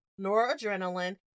noradrenaline